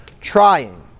trying